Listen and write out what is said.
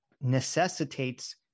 necessitates